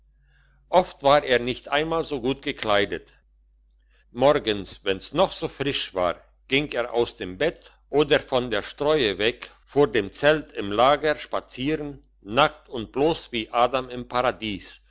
oft war er nicht einmal so gut gekleidet morgens wenn's noch so frisch war ging er aus dem bett oder von der streue weg vor dem zelt im lager spazieren nackt und bloss wie adam im paradies